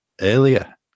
earlier